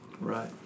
Right